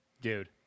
Dude